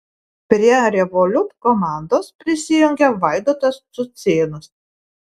prie revolut komandos prisijungė vaidotas cucėnas